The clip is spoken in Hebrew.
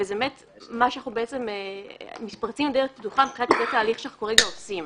ובאמת אנחנו מתפרצים לדלת פתוחה מבחינת התהליך שאנחנו כרגע עושים.